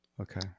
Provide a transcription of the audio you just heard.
Okay